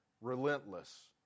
relentless